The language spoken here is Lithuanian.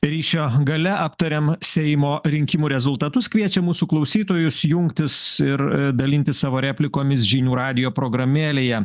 ryšio gale aptariam seimo rinkimų rezultatus kviečiam mūsų klausytojus jungtis ir dalintis savo replikomis žinių radijo programėlėje